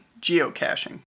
geocaching